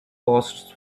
costs